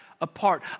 apart